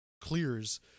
clears